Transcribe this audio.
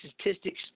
statistics